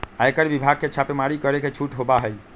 आयकर विभाग के छापेमारी करे के छूट होबा हई